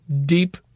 deep